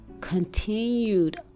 continued